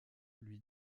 lui